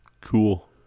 Cool